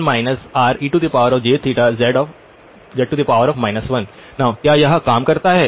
1 rejθz 1 क्या यह काम करता है